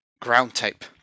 Ground-type